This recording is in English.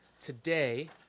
Today